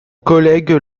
collègue